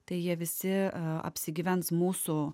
tai jie visi apsigyvens mūsų